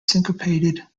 syncopated